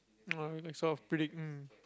oh like sort of predict mm